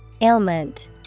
Ailment